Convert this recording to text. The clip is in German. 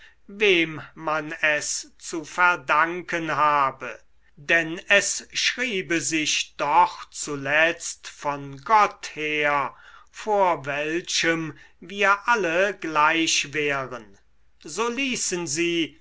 wem man es zu verdanken habe denn es schriebe sich doch zuletzt von gott her vor welchem wir alle gleich wären so ließen sie